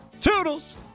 Toodles